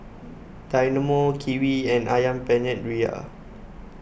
Dynamo Kiwi and Ayam Penyet Ria